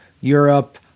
Europe